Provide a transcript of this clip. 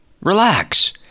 relax